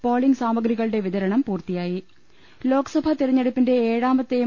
polling സാമഗ്രികളുടെ വിതരണം പൂർത്തിയായി ലോക്സഭാ തെരഞ്ഞെടുപ്പിന്റെ ഏഴാമത്തെയും